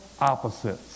opposites